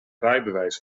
rijbewijs